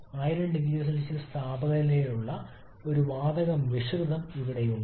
1000 0C താപനിലയുള്ള ഒരു വാതക മിശ്രിതം ഇവിടെയുണ്ട്